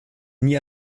nie